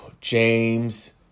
James